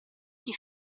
chi